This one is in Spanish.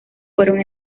fueron